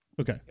okay